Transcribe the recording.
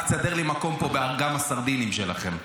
רק תסדר לי מקום פה באגם הסרדינים שלכם.